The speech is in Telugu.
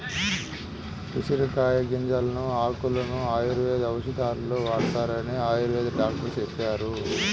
ఉసిరికాయల గింజలను, ఆకులను ఆయుర్వేద ఔషధాలలో వాడతారని ఆయుర్వేద డాక్టరు చెప్పారు